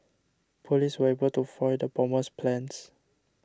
police were able to foil the bomber's plans